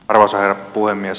arvoisa herra puhemies